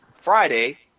friday